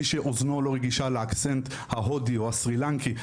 מי שאוזנו לא רכישה למבטא ההודי או הסרילנקי,